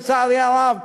לצערי הרב,